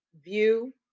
view